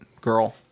girl